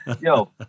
yo